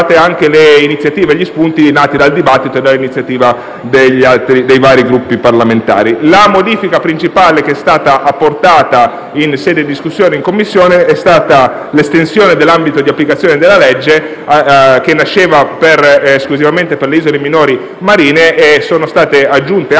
state trascurate neanche dal dibattito le iniziative dei vari Gruppi parlamentari. La modifica principale apportata in sede di discussione in Commissione è stata l'estensione dell'ambito di applicazione della legge, che nasceva esclusivamente per le isole minori marine a cui sono state aggiunte anche